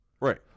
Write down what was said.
right